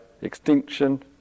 extinction